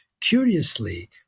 Curiously